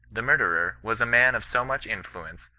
the murderer was a man of so much influence,